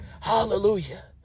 hallelujah